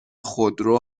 خودرو